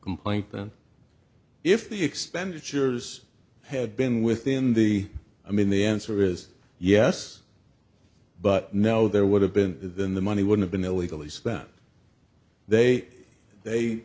complaint then if the expenditures had been within the i mean the answer is yes but no there would have been then the money would have been illegal is that they they